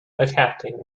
attacking